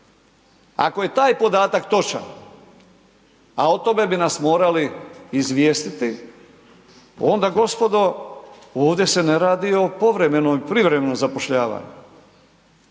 Ako je taj podatak točan, a o tome bi nas morali izvijestiti, onda gospodo, ovdje se ne radi o povremeno, privremenom zapošljavanju.